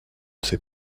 sait